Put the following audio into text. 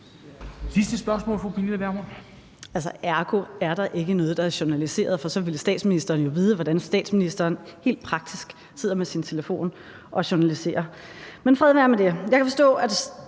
Vermund (NB): Altså, ergo er der ikke noget, der er journaliseret, for så ville statsministeren jo vide, hvordan statsministeren helt praktisk sidder med sin telefon og journaliserer. Men fred være med det. Jeg kan forstå, at